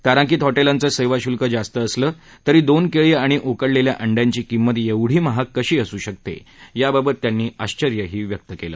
तारांकित हॉटेलांचं सेवाशूल्कं जास्त असलं तरी दोन केळी आणि उकडलेल्या अंड्यांची किंमत एवढी महाग कशी असू शकते याबाबत त्यांनी आश्वर्यही व्यक्त केलं